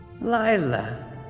Lila